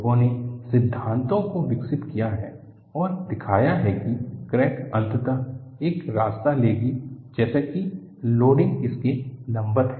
लोगों ने सिद्धांतों को विकसित किया है और दिखाया है कि क्रैक अंततः एक रास्ता लेगी जैसे कि लोडिंग इसके लंबवत है